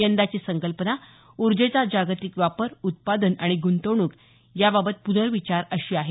यंदाची संकल्पना ऊर्जेचा जागतिक वापर उत्पादन आणि गुंतवणूक याबाबत पुनर्विचार अशी आहे